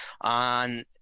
on